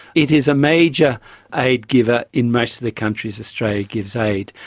it is a major aid giver in most of the countries australia gives aid,